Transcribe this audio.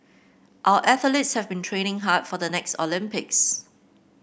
our athletes have been training hard for the next Olympics